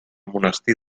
monestir